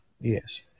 Yes